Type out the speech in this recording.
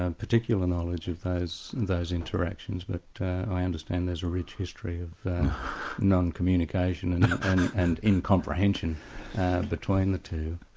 and particular knowledge of those those interactions, but i understand there's a rich history of non-communication and and incomprehension between the two.